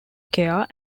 care